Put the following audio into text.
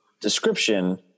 description